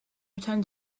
return